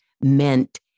meant